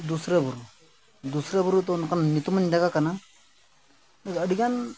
ᱫᱩᱥᱨᱟᱹ ᱵᱩᱨᱩ ᱫᱚᱥᱨᱟᱹ ᱵᱩᱨᱩ ᱫᱚ ᱚᱱᱠᱟᱱ ᱧᱩᱛᱩᱢᱟᱱ ᱡᱟᱭᱜᱟ ᱠᱟᱱᱟ ᱟᱹᱰᱤ ᱜᱟᱱ